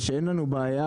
זה שאין לנו בעיה,